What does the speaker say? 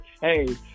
Hey